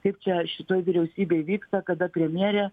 kaip čia šitoj vyriausybėj vyksta kada premjerė